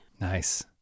Nice